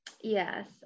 Yes